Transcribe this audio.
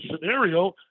scenario